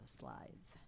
slides